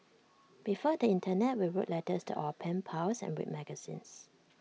before the Internet we wrote letters to our pen pals and read magazines